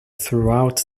throughout